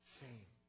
fame